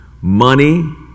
money